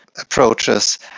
approaches